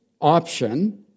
option